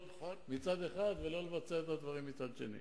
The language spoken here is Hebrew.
מצד אחד ולא לבצע את הדברים מצד שני.